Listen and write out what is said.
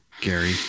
Gary